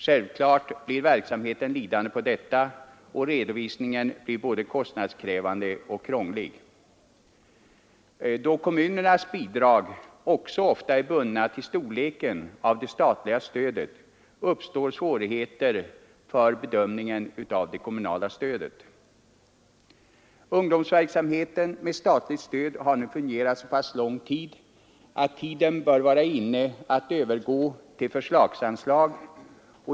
Självfallet blir verksamheten lidande på detta och redovisningen blir både kostnadskrävande och krånglig. Då kommunernas bidrag ofta är bundna till storleken av det statliga stödet uppstår svårigheter för bedömningen också av det kommunala stödet. Ungdomsverksamheten med statligt stöd har nu fungerat så länge att tiden bör vara inne att övergå till förslagsanslag.